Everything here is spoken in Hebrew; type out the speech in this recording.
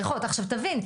עכשיו תבין,